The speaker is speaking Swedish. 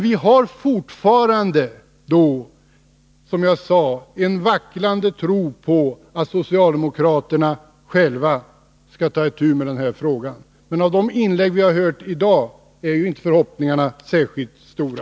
Vi har fortfarande, som jag sade, en vacklande tro på att socialdemokraterna själva skall ta itu med denna fråga. Efter de frågor m.m. inlägg vi har hört i dag är förhoppningarna inte särskilt stora.